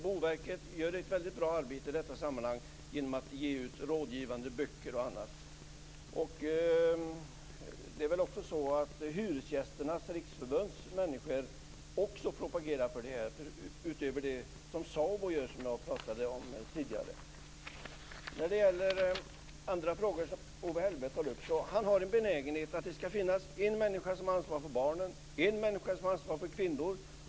Boverket gör ett väldigt bra arbete i detta sammanhang genom att ge ut rådgivande böcker och annat. Även Hyresgästernas Riksförbund propagerar för barnsäkerhet utöver det som SABO gör, som jag talade om tidigare. Owe Hellberg har en benägenhet att tycka att det skall finnas en människa som har ansvar för barnen och en människa som har ansvar för kvinnor.